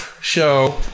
Show